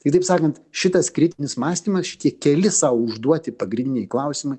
tai taip sakant šitas kritinis mąstymas šitie keli sau užduoti pagrindiniai klausimai